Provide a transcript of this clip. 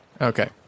Okay